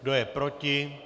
Kdo je proti?